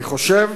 אני חושב